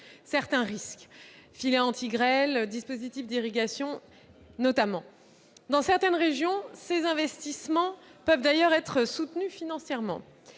certains risques- filet anti-grêle, dispositif d'irrigation, notamment. Dans plusieurs régions, ces investissements peuvent d'ailleurs être soutenus financièrement.